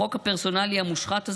החוק הפרסונלי המושחת הזה,